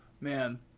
Man